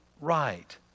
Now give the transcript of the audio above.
right